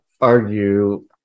argue